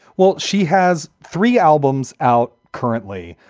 well, she has three albums out currently.